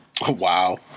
Wow